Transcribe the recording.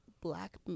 black